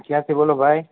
ક્યાંથી બોલો ભાઈ